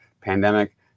pandemic